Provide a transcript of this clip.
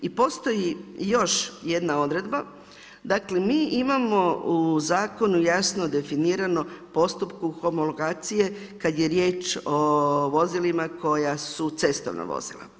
I postoji još jedna odredba, dakle, mi imao u zakonu jasno definirano postupku homologacije kada je riječ o vozilima koja su cestovna vozila.